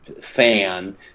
fan